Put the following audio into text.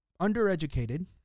undereducated